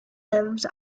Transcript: lived